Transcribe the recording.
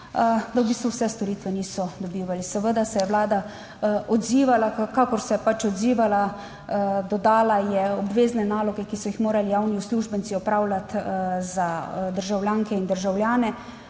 da v bistvu vse storitve niso dobivali. Seveda se je vlada odzivala kakor se je pač odzivala. Dodala je obvezne naloge, ki so jih morali javni uslužbenci opravljati za državljanke in državljane.